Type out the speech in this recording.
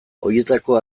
horietako